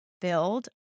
build